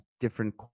different